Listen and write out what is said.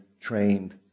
trained